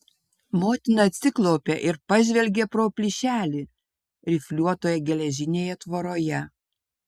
motina atsiklaupė ir pažvelgė pro plyšelį rifliuotoje geležinėje tvoroje